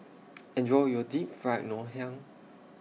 Enjoy your Deep Fried Ngoh Hiang